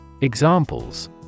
Examples